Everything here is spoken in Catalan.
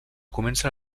comença